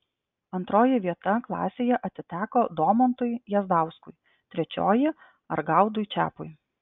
antroji vieta klasėje atiteko domantui jazdauskui trečioji argaudui čepui